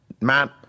Matt